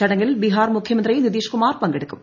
ചടങ്ങിൽ ബിഹാർ മുഖ്യമന്ത്രി നിതീഷ് കുമാർ പങ്കെടുക്കും